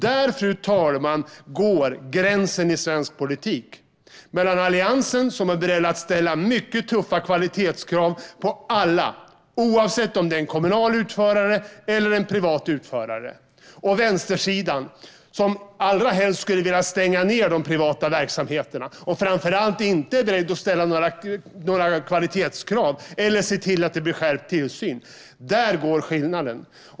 Där, fru talman, går gränsen i svensk politik mellan Alliansen, som är beredd att ställa mycket tuffa kvalitetskrav på alla, oavsett om det är en kommunal eller en privat utförare, och vänstersidan, som allra helst skulle vilja stänga ned de privata verksamheterna och framför allt inte är beredd att ställa några kvalitetskrav eller se till att det blir skärpt tillsyn. Där finns skillnaden.